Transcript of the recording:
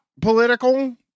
political